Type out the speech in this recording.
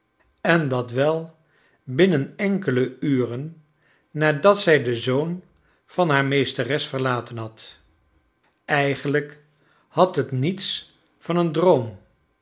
en dat wel binnen enkele uren nadat zij den zoon van haar meesteres verlaten had figenlijk bad net niets van een droom